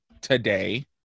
today